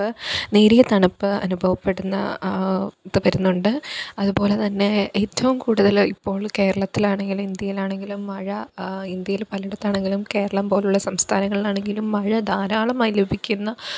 നേരിയ തണുപ്പ് അനുഭവപ്പെടുന്ന ആ ഇത് വരുന്നുണ്ട് അതുപോലെ തന്നെ ഏറ്റവും കൂടുതല് ഇപ്പോൾ കേരളത്തിലാണെങ്കിലും ഇന്ത്യയിലാണെങ്കിലും മഴ ഇന്ത്യയിലെ പലയിടത്താണെങ്കിലും കേരളം പോലുള്ള സംസ്ഥാനങ്ങളിലാണങ്കിലും മഴ ധാരാളമായി ലഭിക്കുന്ന